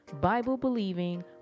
Bible-believing